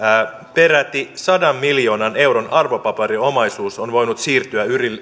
peräti sadan miljoonan euron arvopaperiomaisuus on voinut siirtyä